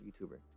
youtuber